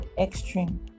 extreme